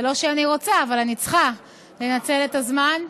זה לא שאני רוצה, אבל אני צריכה לנצל את הזמן,